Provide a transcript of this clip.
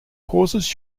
causes